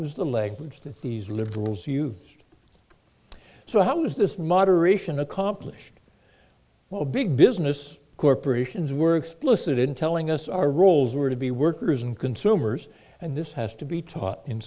was the legs that these liberals used so how was this moderation accomplished well big business corporations were explicit in telling us our roles were to be workers and consumers and this has to be taught in